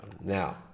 Now